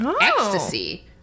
ecstasy